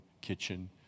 kitchen